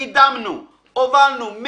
קידמנו, הובלנו.